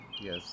yes